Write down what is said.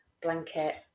blanket